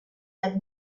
and